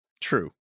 true